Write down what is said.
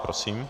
Prosím.